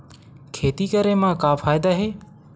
खेती करे म का फ़ायदा हे?